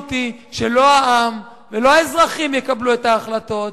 המשמעות היא שלא העם ולא האזרחים יקבלו את ההחלטות.